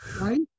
right